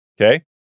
Okay